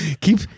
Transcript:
Keep